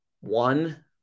one